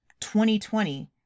2020